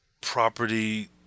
property